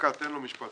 תן לו לומר משפט.